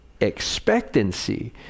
expectancy